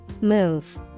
Move